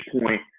point